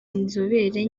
inzobere